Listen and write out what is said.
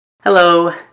Hello